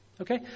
Okay